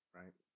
right